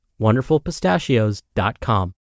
WonderfulPistachios.com